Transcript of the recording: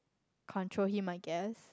control him I guess